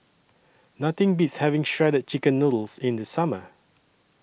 Nothing Beats having Shredded Chicken Noodles in The Summer